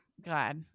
God